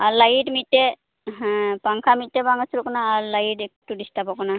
ᱟᱨ light ᱢᱤᱫᱴᱮᱡ ᱯᱟᱝᱠᱷᱟ ᱢᱤᱫᱴᱮᱡ ᱵᱟᱝ ᱟᱹᱪᱩᱨᱚᱜ ᱠᱟᱱᱟ ᱟᱨ ᱞᱟᱭᱤᱴ ᱮᱠᱴᱩ ᱰᱤᱥᱴᱨᱟᱵᱚᱜ ᱠᱟᱱᱟ